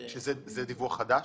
זה דיווח חדש?